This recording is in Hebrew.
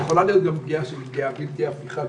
כולנו יודעים שזו פגיעה שהיא בלתי הפיכה.